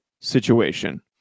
situation